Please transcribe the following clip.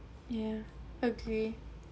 yeah agree